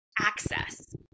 access